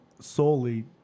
solely